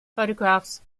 photographs